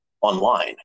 online